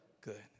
Good